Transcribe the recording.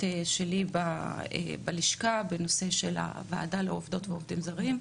שלי בלשכה בנושא של הוועדה לעובדות ולעובדים זרים,